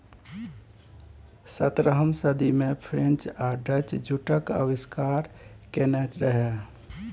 सतरहम सदी मे फ्रेंच आ डच जुटक आविष्कार केने रहय